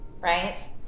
right